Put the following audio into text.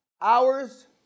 hours